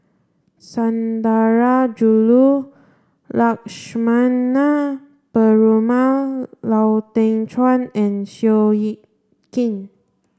Sundarajulu Lakshmana Perumal Lau Teng Chuan and Seow Yit Kin